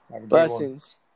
Blessings